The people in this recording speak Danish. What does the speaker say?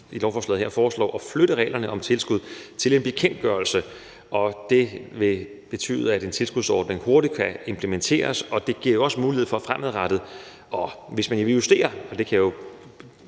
i lovforslaget her foreslår at flytte reglerne om tilskud til en bekendtgørelse. Det vil betyde, at en tilskudsordning hurtigt kan implementeres. Og det giver jo også mulighed for fremadrettet, hvis man vil justere på forskellige